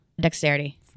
Dexterity